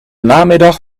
namiddag